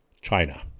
China